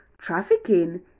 Trafficking